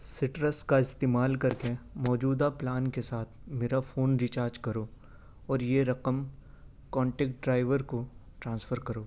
سٹرس کا استعمال کر کے موجودہ پلان کے ساتھ میرا فون ریچارج کرو اور یہ رقم کانٹیکٹ ڈرائیور کو ٹرانسفر کرو